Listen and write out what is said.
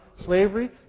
slavery